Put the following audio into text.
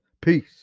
Peace